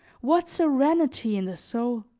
what serenity in the soul!